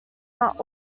not